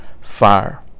fire